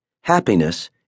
Happiness